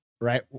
right